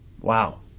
Wow